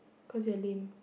cause you're lame